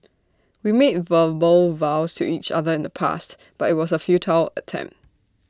we made verbal vows to each other in the past but IT was A futile attempt